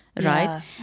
right